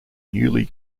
newly